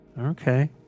Okay